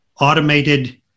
automated